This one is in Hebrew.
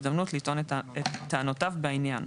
ולאחר שנתן לנילון הזדמנות לטעון את טענותיו בעניין.